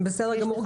בסדר גמור.